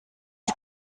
you